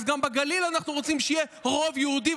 גם בגליל אנחנו רוצים שיהיה רוב יהודי.